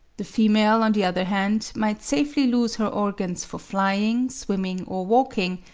the female, on the other hand, might safely lose her organs for flying, swimming, or walking,